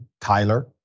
Tyler